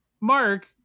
Mark